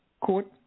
court